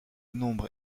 nombre